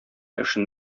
эшен